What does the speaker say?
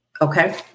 Okay